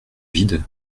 vide